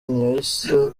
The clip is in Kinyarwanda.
ntiyahise